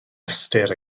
ystyr